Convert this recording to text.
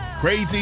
Crazy